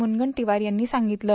मुनगंदीवार यांनी सांगितलं